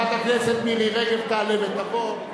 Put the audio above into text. חברת הכנסת מירי רגב תעלה ותבוא.